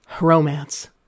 Romance